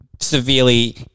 severely